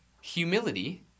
humility